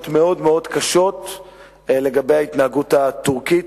מאוד מאוד קשות לגבי ההתנהגות הטורקית,